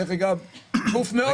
דרך אגב, גוף מאוד משמעותי.